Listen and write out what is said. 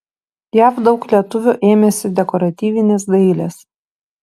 jav daug lietuvių ėmėsi dekoratyvinės dailės